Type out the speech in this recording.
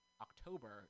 October